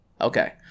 Okay